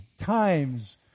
times